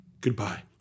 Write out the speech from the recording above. Goodbye